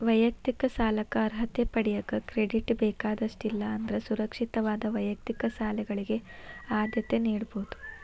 ವೈಯಕ್ತಿಕ ಸಾಲಕ್ಕ ಅರ್ಹತೆ ಪಡೆಯಕ ಕ್ರೆಡಿಟ್ ಬೇಕಾದಷ್ಟ ಇಲ್ಲಾ ಅಂದ್ರ ಸುರಕ್ಷಿತವಾದ ವೈಯಕ್ತಿಕ ಸಾಲಗಳಿಗೆ ಆದ್ಯತೆ ನೇಡಬೋದ್